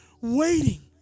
waiting